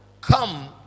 Come